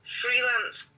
freelance